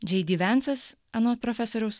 džei dy vensas anot profesoriaus